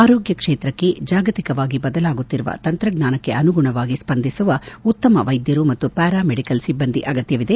ಆರೋಗ್ಯ ಕ್ಷೇತ್ರಕ್ಕೆ ಜಾಗತಿಕವಾಗಿ ಬದಲಾಗುತ್ತಿರುವ ತಂತ್ರಜ್ಞಾನಕ್ಕೆ ಅನುಗುಣವಾಗಿ ಸ್ಪಂದಿಸುವ ಉತ್ತಮ ವೈದ್ಯರು ಮತ್ತು ಪ್ಕಾರಾಮೆಡಿಕಲ್ ಸಿಬ್ಬಂದಿ ಅಗತ್ಯವಿದೆ